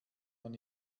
man